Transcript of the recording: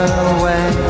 away